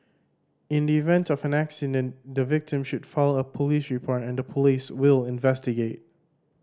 in the event of an accident the victim should file a police report and the Police will investigate